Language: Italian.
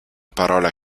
parola